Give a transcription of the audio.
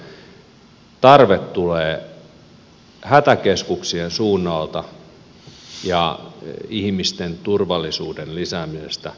tarve tulee hätäkeskuksien suunnalta ja ihmisten turvallisuuden lisäämisestä